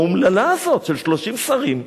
האומללה הזאת, של 30 שרים,